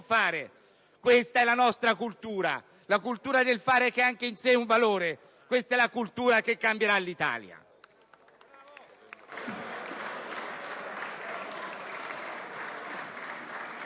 Questa è la nostra cultura, la cultura del fare che è in sé un valore. Questa è la cultura che cambierà l'Italia.